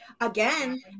again